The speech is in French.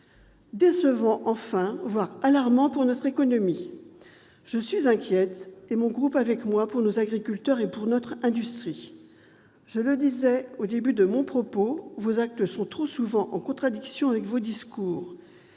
décevant, voire alarmant, pour notre économie. Je suis inquiète, et mon groupe avec moi, pour nos agriculteurs et pour notre industrie. Je le disais au début de mon propos : vos actes sont trop souvent en contradiction avec vos discours.